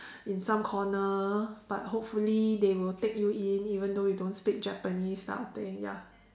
in some corner but hopefully they will take you in even though you don't speak Japanese kind of thing ya